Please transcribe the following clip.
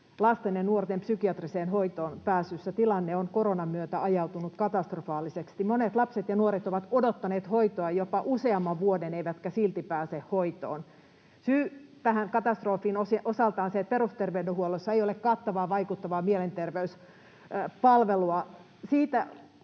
lasten ja nuorten psykiatriseen hoitoon pääsyssä. Tilanne on koronan myötä ajautunut katastrofaaliseksi. Monet lapset ja nuoret ovat odottaneet hoitoa jopa useamman vuoden eivätkä silti pääse hoitoon. Syy tähän katastrofiin on osaltaan se, että perusterveydenhuollossa ei ole kattavaa, vaikuttavaa mielenterveyspalvelua.